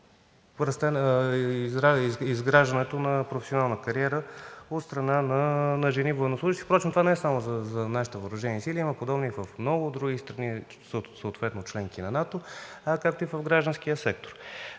изграждането на професионална кариера от страна на жени военнослужещи. Впрочем това не е само за нашите въоръжени сили, а има подобни в много други страни, които са съответно членки на НАТО, както и в гражданския сектор.